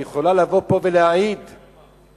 היא יכולה לבוא ולהעיד פה,